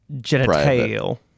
genital